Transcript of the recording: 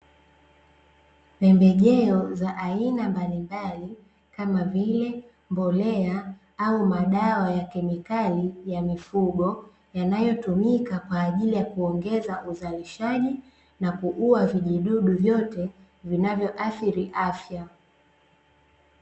Pembejeo za aina mbalimbali kama vile mboleo au madawa ya kemikali ya mifugo, yanayotumika kwa ajili ya kuongeza uzalishaji, na kuua vijidudu vyote vinavyoathiri afya.